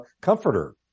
comforter